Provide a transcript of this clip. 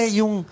yung